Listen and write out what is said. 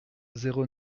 zéro